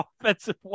offensive